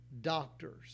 doctors